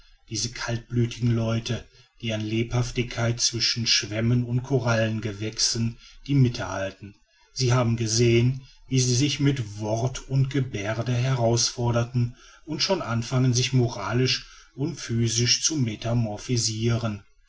diese kaltblütigen leute die an lebhaftigkeit zwischen schwämmen und korallengewächsen die mitte halten sie haben gesehen wie sie sich mit wort und geberde herausforderten und schon anfangen sich moralisch und physisch zu